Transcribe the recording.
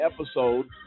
episode